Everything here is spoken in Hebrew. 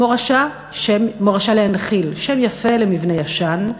"מורשה להנחיל" שם יפה למבנה ישן,